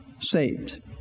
saved